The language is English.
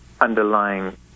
underlying